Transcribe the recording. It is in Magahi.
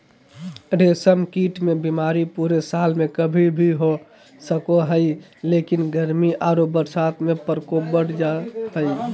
रेशम कीट मे बीमारी पूरे साल में कभी भी हो सको हई, लेकिन गर्मी आरो बरसात में प्रकोप बढ़ जा हई